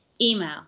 Email